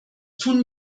tun